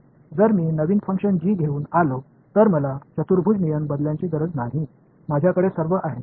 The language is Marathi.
जर मी नवीन फंक्शन g घेऊन आलो तर मला चतुर्भुज नियम बदलण्याची गरज नाही माझ्याकडे सर्व आहे